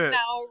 now